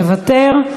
מוותר.